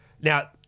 Now